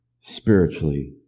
spiritually